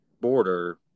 border